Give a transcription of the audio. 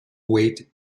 weight